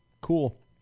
cool